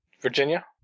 Virginia